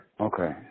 Okay